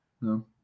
no